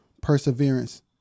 perseverance